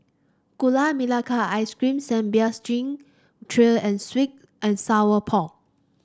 Gula Melaka Ice Cream Sambal Stingray and sweet and Sour Pork